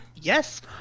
yes